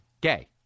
gay